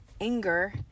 anger